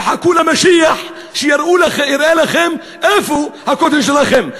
תחכו למשיח שיראה לכם איפה הכותל שלכם.